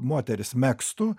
moteris megztų